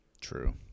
True